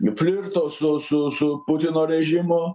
jų flirto su su su putino režimu